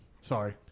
Sorry